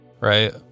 Right